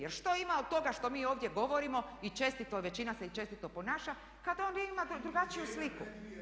Jer što ima od toga što mi ovdje govorimo i čestito, većina se i čestito ponaša kada vi imate drugačiju sliku?